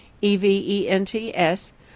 E-V-E-N-T-S